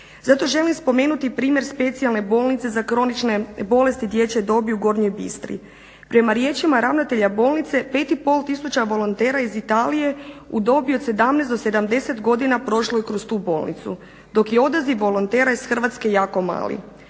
Zato želim spomenuti primjer Specijalne bolnice za kronične bolesti dječje dobi u gornjoj Bistri. Prema riječima ravnatelja bolnice pet i pol tisuća volontera iz Italije u dobi od 17-70 godina prošlo je kroz tu bolnicu, dok je odaziv volontera iz Hrvatske jako mali.